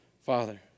Father